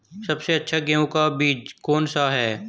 सबसे अच्छा गेहूँ का बीज कौन सा है?